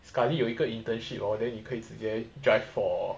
sekali 有一个 internship orh then 你可以直接 drive for